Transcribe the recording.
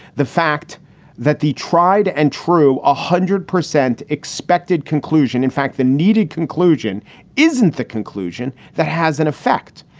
the fact that the tried and true. a hundred percent expected conclusion. in fact, the needed conclusion isn't the conclusion that has an effect.